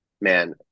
man